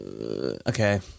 Okay